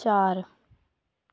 चार